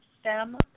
STEM